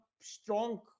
strong